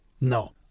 No